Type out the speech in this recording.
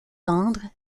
tendre